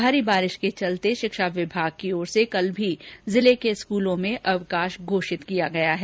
भारी बारिश के चलते शिक्षा विभाग की ओर से कल भी जिले के स्कूलों में अवकाश घोषित किया गया है